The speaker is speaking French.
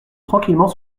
tranquillement